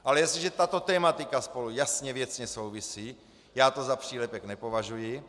Ale jestliže tato tematika spolu jasně věcně souvisí, já to za přílepek nepovažuji.